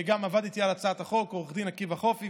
שלא מורידה את הנושא הזה מסדר-היום בכלי המדיה השונים,